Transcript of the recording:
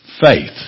faith